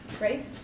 right